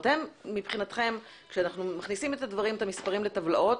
מבחינתכם כשאנחנו מכניסים את המספרים לטבלאות